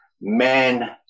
men